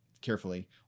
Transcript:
carefully